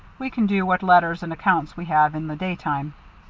we can do what letters and accounts we have in the daytime.